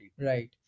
right